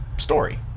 story